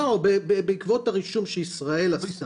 בעקבות הרישום שישראל עשתה.